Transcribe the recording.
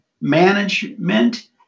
management